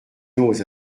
noz